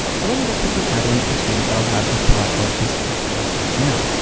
so let me just quickly add in the students that i'll have as part of this tutorial right now.